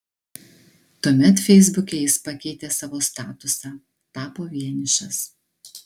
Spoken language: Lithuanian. tuomet feisbuke jis pakeitė savo statusą tapo vienišas